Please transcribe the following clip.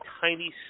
tiny